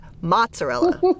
Mozzarella